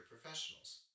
professionals